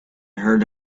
heard